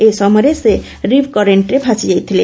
ଏହି ସମୟରେ ସେ ରିଫ୍ କରେକ୍ରେ ଭାସିଯାଇଥିଲେ